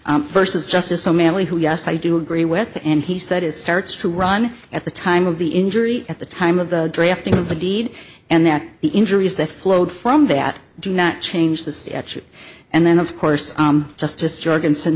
talk versus justice so manly who yes i do agree with and he said it starts to run at the time of the injury at the time of the drafting of the deed and that the injuries that flowed from that do not change the statute and then of course justice jorgensen